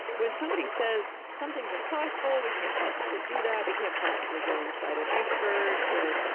when somebody says something's impossible, we can't possibly do that. we can't possibly go inside an iceberg, or,